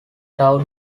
town